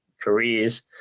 careers